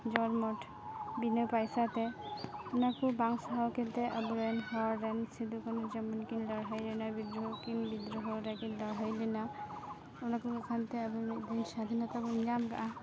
ᱡᱳᱨᱢᱳᱴ ᱵᱤᱱᱟᱹ ᱯᱟᱭᱥᱟ ᱛᱮ ᱚᱱᱟ ᱠᱚ ᱵᱟᱝ ᱥᱟᱦᱟᱣ ᱠᱟᱛᱮ ᱟᱵᱚᱨᱮᱱ ᱦᱚᱲ ᱨᱮᱱ ᱥᱤᱫᱩ ᱠᱟᱹᱱᱩ ᱡᱮᱢᱚᱱ ᱠᱤᱱ ᱞᱟᱹᱲᱦᱟᱹᱭ ᱞᱮᱱᱟ ᱵᱤᱫᱽᱫᱨᱚᱦᱚ ᱠᱤᱱ ᱵᱤᱫᱽᱫᱨᱚᱦᱚ ᱨᱮᱠᱤᱱ ᱞᱟᱹᱲᱦᱟᱹᱭ ᱞᱮᱱᱟ ᱚᱱᱟ ᱠᱚ ᱠᱷᱟᱱ ᱛᱮ ᱟᱵᱚ ᱢᱤᱫ ᱫᱤᱱ ᱥᱟᱫᱷᱤᱱᱚᱛᱟ ᱵᱚᱱ ᱧᱟᱢ ᱟᱠᱟᱜᱼᱟ